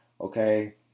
Okay